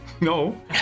No